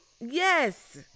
Yes